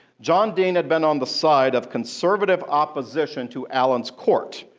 john dean had been on the side of conservative opposition to allen's court.